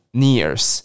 nears，